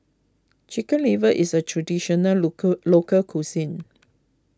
Chicken Liver is a traditional local local cuisine